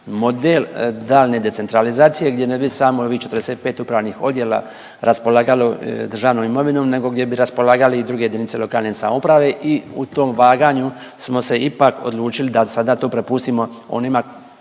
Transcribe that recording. model daljnje decentralizacije gdje ne bi samo ovih 45 upravnih odjela raspolagalo državnom imovinom nego gdje bi raspolagali i druge JLS i u tom vaganju smo se ipak odlučili da sada to prepustimo onima